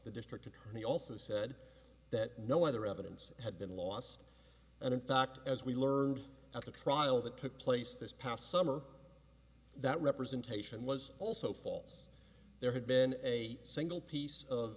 the district attorney also said that no other evidence had been lost and in fact as we learned at the trial that took place this past summer that representation was also falls there had been a single piece of